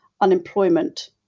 unemployment